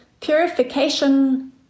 purification